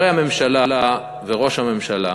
הרי הממשלה וראש הממשלה,